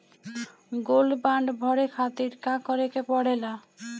Gold bond भरे खातिर का करेके पड़ेला?